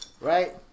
right